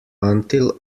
until